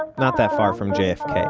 not that far from jfk,